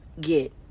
get